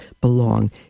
belong